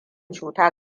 cuta